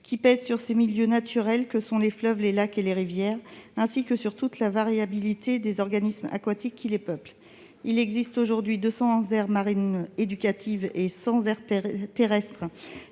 qui pèsent sur les milieux naturels que sont les fleuves, les lacs et les rivières, ainsi que sur toute la variabilité des organismes aquatiques qui les peuplent. Il existe aujourd'hui 200 aires marines éducatives et 100 aires terrestres